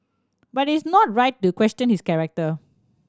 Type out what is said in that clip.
but it is not right to question his character